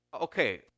okay